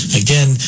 again